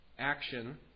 action